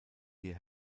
die